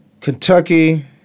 Kentucky